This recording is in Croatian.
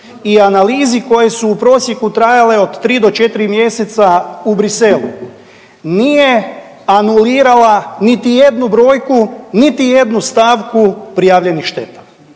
i analizi koje su u prosjeku trajale od 3 do 4 mjeseca u Bruxellesu nije anulirala niti jednu brojku, niti jednu stavku prijavljenih šteta.